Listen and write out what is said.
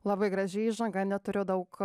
labai graži įžanga neturiu daug